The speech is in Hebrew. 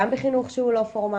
גם בחינוך שהוא לא פורמאלי,